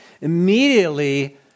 Immediately